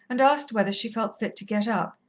and asked whether she felt fit to get up,